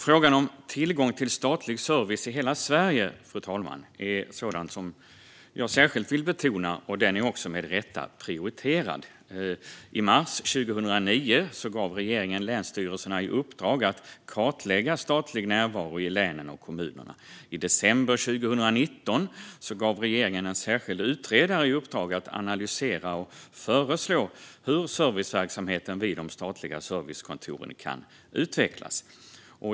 Frågan om tillgång till statlig service i hela Sverige vill jag särskilt betona, och den är också med rätta prioriterad. I mars 2019 gav regeringen länsstyrelserna i uppdrag att kartlägga statlig närvaro i länen och kommunerna. I december 2019 gav regeringen en särskild utredare i uppdrag att analysera och föreslå hur serviceverksamheten vid de statliga servicekontoren skulle kunna utvecklas.